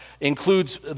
includes